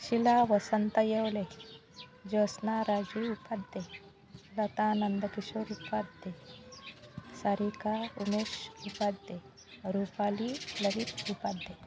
Sheila Vasant Yewale Josna Raju Upadhye Lata Nandkishor Upadhye Sarika Umesh Upadhye Rupali Lalit Upadhye